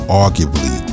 arguably